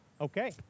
Okay